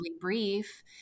brief